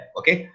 okay